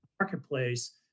marketplace